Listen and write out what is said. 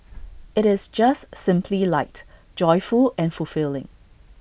IT is just simply light joyful and fulfilling